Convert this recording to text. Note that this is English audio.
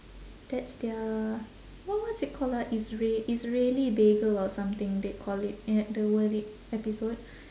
that's their what what's it called ah isra~ israeli bagel or something they call it uh the worth it episode